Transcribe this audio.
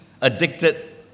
addicted